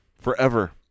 forever